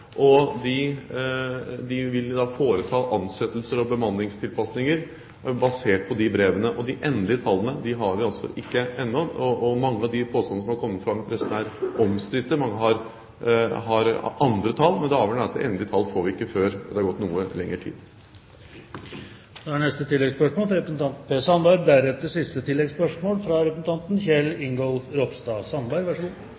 og de vil foreta ansettelser og bemanningstilpasninger basert på de brevene. Og de endelige tallene har vi altså ikke ennå. Mange av de påstandene som er kommet fram i pressen, er omstridte. Mange har andre tall, men det avgjørende er at endelige tall får vi ikke før det har gått noe